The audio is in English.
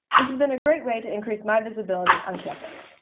this has been a great way to increase my visibility on campus.